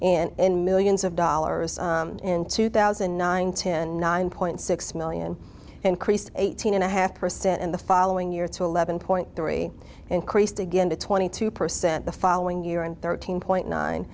depressant in millions of dollars in two thousand and nine to nine point six million increased eighteen and a half percent in the following year to eleven point three increased again to twenty two percent the following year and thirteen point nine